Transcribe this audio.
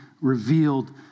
revealed